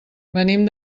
venim